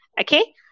Okay